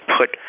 put